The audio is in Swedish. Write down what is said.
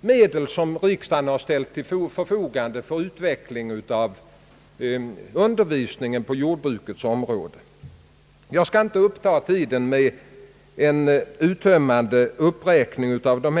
medel som riksdagen har ställt till förfogande för utveckling av undervisningen på jordbrukets område. | Jag skall inte uppta tiden med en uttömmande uppräkning av .